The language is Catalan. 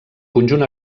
conjunt